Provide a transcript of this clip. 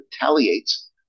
retaliates